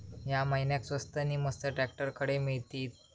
या महिन्याक स्वस्त नी मस्त ट्रॅक्टर खडे मिळतीत?